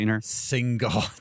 single